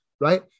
right